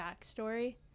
backstory